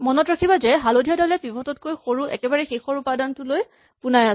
মনত ৰাখিবা যে হালধীয়া ডালে পিভট তকৈ সৰু একেবাৰে শেষৰ উপাদানটোলৈ পোনাই আছে